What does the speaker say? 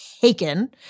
taken